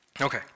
Okay